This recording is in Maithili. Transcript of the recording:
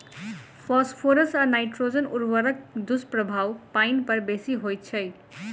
फास्फोरस आ नाइट्रोजन उर्वरकक दुष्प्रभाव पाइन पर बेसी होइत छै